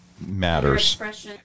matters